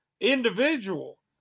individual